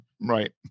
right